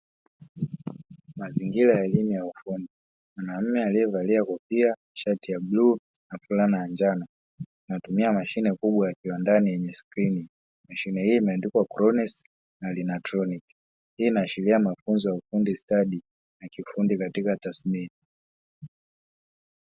Mazingira ya elimu ya ufundi. Mwanaume aliyevaa kofia, shati ya blue na fulana ya njano. Anatumia mashine kubwa ya kiwandani yenye skrini. Mashine hii imeandikwa "Cronus na Linatronic". Hii inaashiria mafunzo ya ufundi stadi na kifundi katika tasnia.